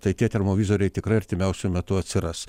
tai tie termovizoriai tikrai artimiausiu metu atsiras